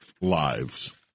lives